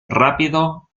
rápido